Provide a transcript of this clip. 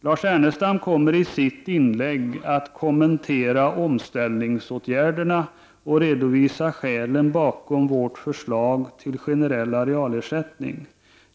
Lars Ernestam kommer i sitt inlägg att kommentera omställningsåtgärderna och redovisa skälen bakom vårt förslag till generell arealersättning.